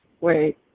wait